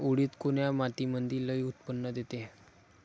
उडीद कोन्या मातीमंदी लई उत्पन्न देते?